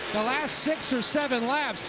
the last six or seven laps,